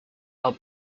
are